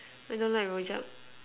I don't like rojak